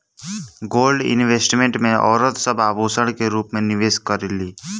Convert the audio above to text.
gold investment में औरत सब आभूषण के रूप में निवेश करेली